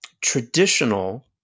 traditional